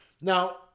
Now